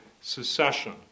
secession